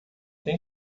tem